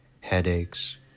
headaches